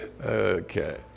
Okay